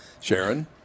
Sharon